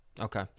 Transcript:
Okay